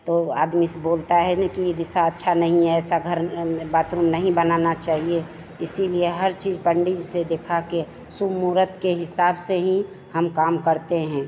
तो आदमी बोलता हैं ना कि ये दिशा अच्छा नहीं है ऐसा घर बाथरूम नहीं बनाना चाहिए इसीलिए हर चीज पंडित जी से दिखा के शुभ मुहूर्त के हिसाब से ही हम काम करते हैं